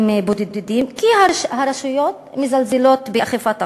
הבודדים כי הרשויות מזלזלות באכיפת החוק.